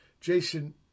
Jason